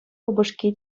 упӑшки